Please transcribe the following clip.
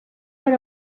per